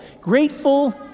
Grateful